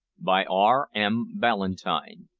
by r m. ballantyne.